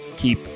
keep